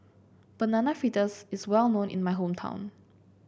Banana Fritters is well known in my hometown